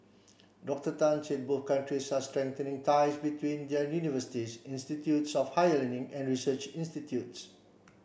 Doctor Tan said both countries are strengthening ties between their universities institutes of higher learning and research institutes